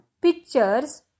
pictures